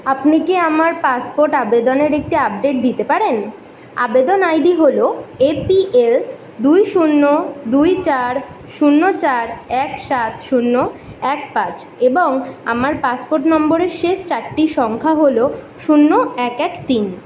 আপনি কি আমার পাসপোর্ট আবেদনের একটি আপডেট দিতে পারেন আবেদন আইডি হল এপিএল দুই শূন্য দুই চার শূন্য চার এক সাত শূন্য এক পাঁচ এবং আমার পাসপোর্ট নম্বরের শেষ চারটি সংখ্যা হল শূন্য এক এক তিন